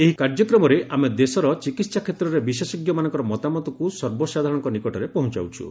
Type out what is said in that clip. ଏହି କାର୍ଯ୍ୟକ୍ରମରେ ଆମେ ଦେଶର ଚିକିତ୍ସା କ୍ଷେତ୍ରର ବିଶେଷଜ୍ଞମାନଙ୍କର ମତାମତକୁ ସର୍ବସାଧାରଣଙ୍କ ନିକଟରେ ପହଞ୍ଚାଉଛୁ